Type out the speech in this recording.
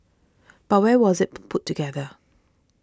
but where was it put put together